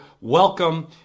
Welcome